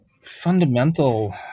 fundamental